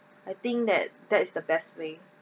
I think that that's the best way